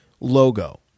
logo